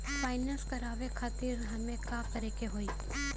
Finance करावे खातिर हमें का करे के होई?